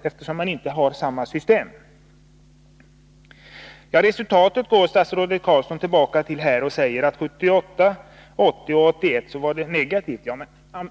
Statsrådet Carlsson tar upp resultatet vid Eisers Strump AB och säger att detta 1978, 1980 och 1981 var negativt.